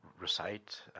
recite